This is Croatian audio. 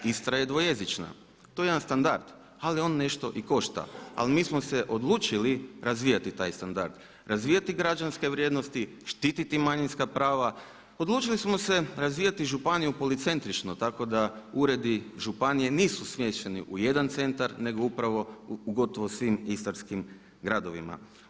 Istra je dvojezična, to je jedan standard, ali on nešto i košta, ali mi smo odlučili razvijati taj standard, razvijati građanske vrijednosti, štiti manjinska prava, odlučili smo se razvijati županiju policentrično tako da uredi županije nisu smješteni u jedan centar nego upravo u gotovo svim istarskim gradovima.